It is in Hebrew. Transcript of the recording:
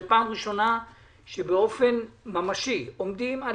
זו פעם ראשונה שבאופן ממשי עומדים על